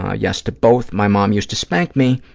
ah yes to both. my mom used to spank me.